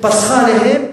חד-משמעית כן.